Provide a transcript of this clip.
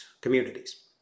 communities